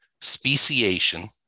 Speciation